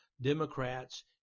democrats